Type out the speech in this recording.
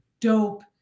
dope